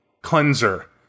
cleanser